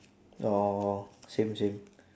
oh same same